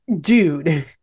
dude